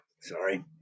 Sorry